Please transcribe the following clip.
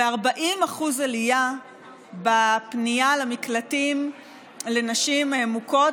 ועלייה של 40% בפניות למקלטים לנשים מוכות